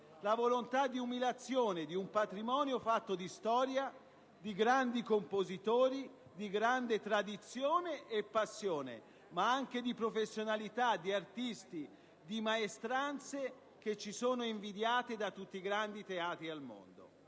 la volontà di umiliazione di un patrimonio fatto di storia, di grandi compositori, di grande tradizione e passione, ma anche di professionalità, di artisti, di maestranze che ci sono invidiate da tutti i grandi teatri del mondo.